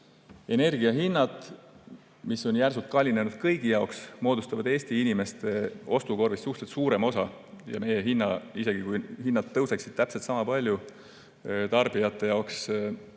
energiahinnad, mis on järsult kallinenud kõigi jaoks, moodustavad Eesti inimeste ostukorvist suhteliselt suurema osa. Isegi kui hinnad tõuseksid tarbijate jaoks